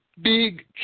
Big